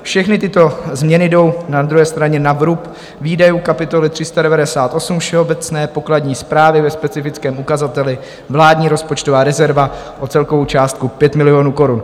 Všechny tyto změny jdou na druhé straně na vrub výdajů kapitoly 398 Všeobecné pokladní správy ve specifickém ukazateli Vládní rozpočtová rezerva o celkovou částku 5 milionů korun.